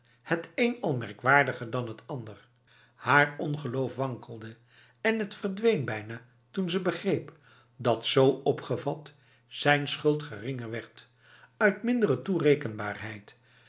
het een al merkwaardiger dan het andere haar ongeloof wankelde en het verdween bijna toen ze begreep dat z opgevat zijn schuld geringer werd uit mindere toerekenbaarheid